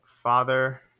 father